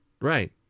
right